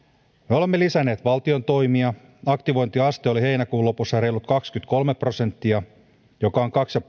me olemme lisänneet valtion toimia aktivointiaste oli heinäkuun lopussa reilut kaksikymmentäkolme prosenttia joka on kaksi